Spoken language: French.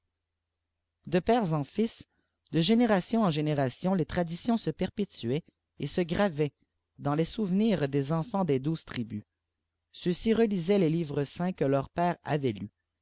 de père en fils de génération en génération les traditions se perpétuaient et se gravaient dans les souvenirs des enfants des douze tribus ceux-ci relisaient les livres saints que leurs pères avaient lus